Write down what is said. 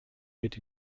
wird